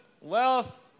Wealth